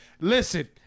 Listen